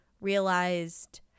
realized